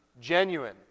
genuine